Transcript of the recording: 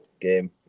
game